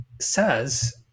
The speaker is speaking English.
says